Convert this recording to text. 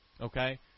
Okay